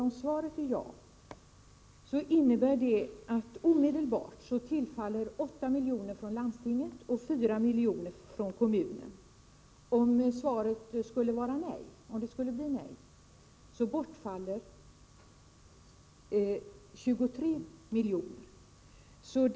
Om svaret är ja innebär det att det omedelbart kommer 8 milj.kr. från landstinget och 4 milj.kr. från kommunen. Om svaret skulle bli nej innebär det ett totalt bortfall av 23 milj.kr.